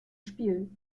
spiel